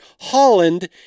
Holland